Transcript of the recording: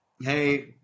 hey